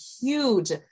huge